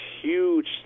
huge